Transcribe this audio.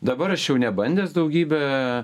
dabar aš jau nebandęs daugybę